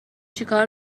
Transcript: چیکار